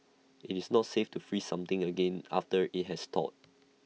IT is not safe to freeze something again after IT has thawed